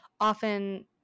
often